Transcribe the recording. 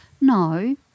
No